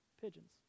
pigeons